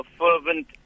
fervent